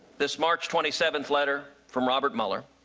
this march twenty seventh letter from robert mueller.